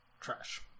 Trash